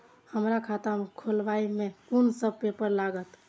हमरा खाता खोलाबई में कुन सब पेपर लागत?